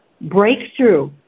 breakthrough